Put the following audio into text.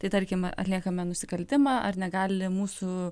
tai tarkim atliekame nusikaltimą ar negali mūsų